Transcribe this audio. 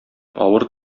авыр